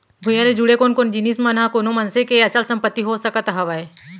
भूइयां ले जुड़े कोन कोन जिनिस मन ह कोनो मनसे के अचल संपत्ति हो सकत हवय?